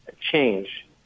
change